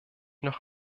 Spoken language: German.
noch